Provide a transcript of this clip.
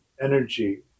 energy